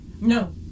No